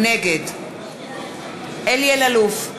נגד אלי אלאלוף,